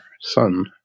son